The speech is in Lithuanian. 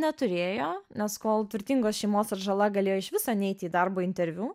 neturėjo nes kol turtingos šeimos atžala galėjo iš viso neiti į darbo interviu